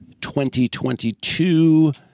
2022